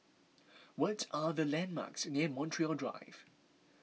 what are the landmarks near Montreal Drive